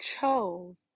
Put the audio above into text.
chose